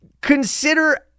consider